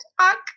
Talk